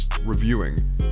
reviewing